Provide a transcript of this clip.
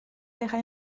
deja